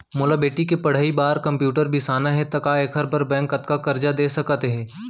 मोला बेटी के पढ़ई बार कम्प्यूटर बिसाना हे त का एखर बर बैंक कतका करजा दे सकत हे?